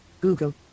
Google